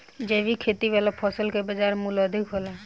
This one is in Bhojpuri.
जैविक खेती वाला फसल के बाजार मूल्य अधिक होला